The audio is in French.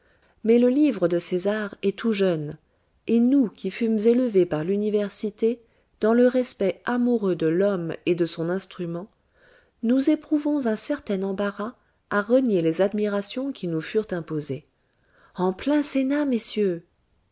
mais le livre de césar est tout jeune et nous qui fûmes élevés par l'université dans le respect amoureux de l'homme et de son instrument nous éprouvons un certain embarras à renier les admirations qui nous furent imposées en plein sénat messieurs